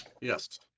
yes